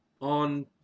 on